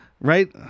right